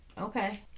Okay